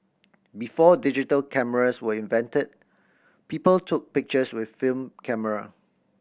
before digital cameras were invented people took pictures with film camera